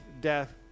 death